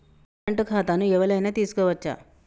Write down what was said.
Current ఖాతాను ఎవలైనా తీసుకోవచ్చా?